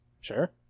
Sure